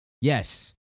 Yes